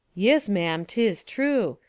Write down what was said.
yis, ma'am tis true.